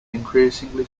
increasingly